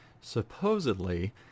supposedly